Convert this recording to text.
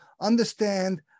understand